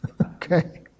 Okay